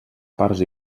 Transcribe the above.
parts